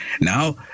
Now